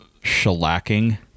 shellacking